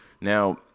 Now